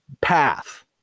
path